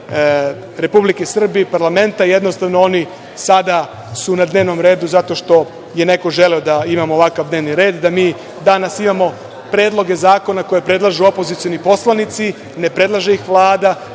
Republike Srbije i parlamenta. Jednostavno, oni sada su na dnevnom redu zato što je neko želeo da imamo ovakav dnevni red, da mi danas imamo predloge zakona koje predlažu opozicioni poslanici, ne predlaže ih Vlada,